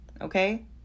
Okay